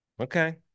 Okay